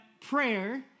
prayer